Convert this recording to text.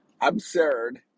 absurd